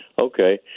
Okay